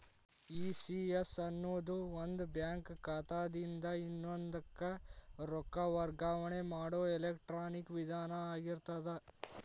ECS ಅನ್ನೊದು ಒಂದ bank ಖಾತಾದಿನ್ದ ಇನ್ನೊಂದಕ್ಕ ರೊಕ್ಕ ವರ್ಗಾವಣೆ ಮಾಡೊ ಎಲೆಕ್ಟ್ರಾನಿಕ್ ವಿಧಾನ ಆಗಿರ್ತದ